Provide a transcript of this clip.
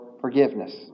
forgiveness